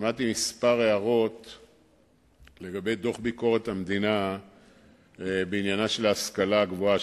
שמעתי כמה הערות על דוח ביקורת המדינה בעניין ההשכלה הגבוהה,